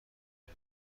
بود